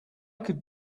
could